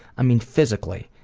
i mean, physically.